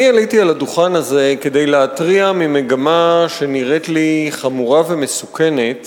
אני עליתי לדוכן הזה כדי להתריע על מגמה שנראית לי חמורה ומסוכנת